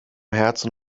herzen